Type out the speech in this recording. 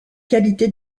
qualité